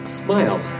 smile